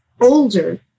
older